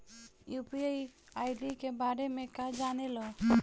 UPI ID के बारे में का जाने ल?